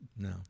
No